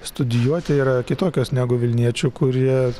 studijuoti yra kitokios negu vilniečių kurie